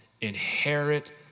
inherit